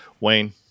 Wayne